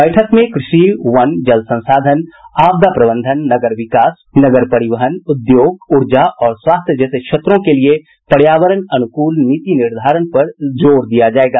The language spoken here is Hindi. बैठक में कृषि वन जल संसाधन आपदा प्रबंधन नगर विकास नगर परिवहन उद्योग ऊर्जा और स्वास्थ्य जैसे क्षेत्रों के लिए पर्यावरण अनुकूल नीति निर्धारण पर जोर दिया जायेगा